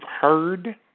heard